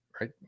right